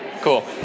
Cool